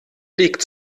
legt